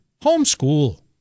Homeschool